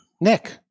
Nick